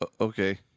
Okay